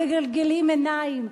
מגלגלים עיניים,